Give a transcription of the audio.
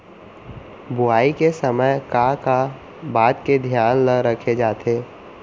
बुआई के समय का का बात के धियान ल रखे जाथे?